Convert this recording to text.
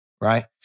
right